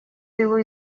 тылу